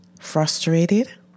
Frustrated